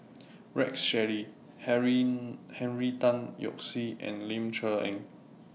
Rex Shelley Henry Henry Tan Yoke See and Ling Cher Eng